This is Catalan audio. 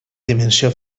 dimensió